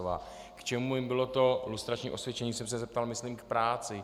K čemu jim bylo to lustrační osvědčení, jsem se zeptal, myslím v práci.